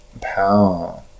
power